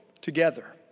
together